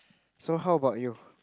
so how about you